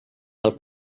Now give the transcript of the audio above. del